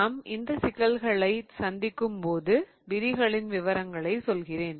நாம் அந்த சிக்கல்களைச் சந்திக்கும் போது விதிகளின் விவரங்களை சொல்கிறேன்